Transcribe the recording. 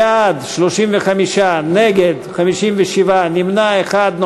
בעד, 35, נגד, 57, נמנע אחד.